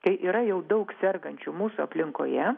kai yra jau daug sergančių mūsų aplinkoje